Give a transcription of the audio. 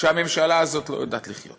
שהממשלה הזאת לא יודעת לחיות.